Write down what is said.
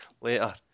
later